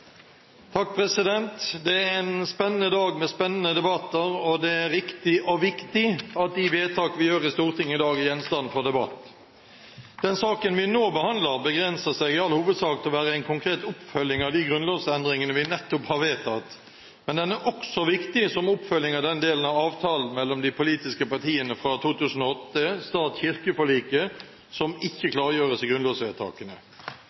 Det er en spennende dag med spennende debatter, og det er riktig og viktig at de vedtak vi gjør i Stortinget i dag, er gjenstand for debatt. Den saken vi nå behandler, begrenser seg i all hovedsak til å være en konkret oppfølging av de grunnlovsendringene vi nettopp har vedtatt, men den er også viktig som oppfølging av den delen av avtalen mellom de politiske partiene fra 2008, stat–kirke-forliket, som ikke